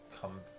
come